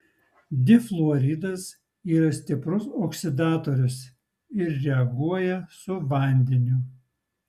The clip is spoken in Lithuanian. difluoridas yra stiprus oksidatorius ir reaguoja su vandeniu